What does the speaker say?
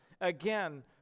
again